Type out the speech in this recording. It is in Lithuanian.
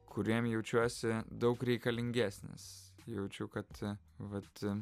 kuriem jaučiuosi daug reikalingesnis jaučiu kad vat